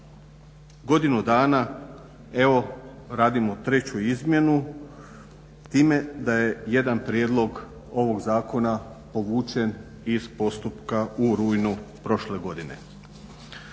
godinu dana evo radimo treću izmjenu s time da je jedan prijedlog ovog zakona povučen iz postupka u rujnu prošle godine.